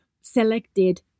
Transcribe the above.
selected